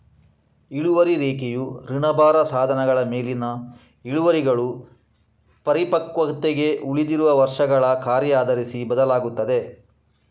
ಇಳುವರಿ ರೇಖೆಯು ಋಣಭಾರ ಸಾಧನಗಳ ಮೇಲಿನ ಇಳುವರಿಗಳು ಪರಿಪಕ್ವತೆಗೆ ಉಳಿದಿರುವ ವರ್ಷಗಳ ಕಾರ್ಯ ಆಧರಿಸಿ ಬದಲಾಗುತ್ತದೆ